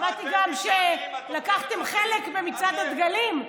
שמעתי גם שלקחתם חלק במצעד הדגלים.